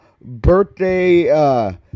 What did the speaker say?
birthday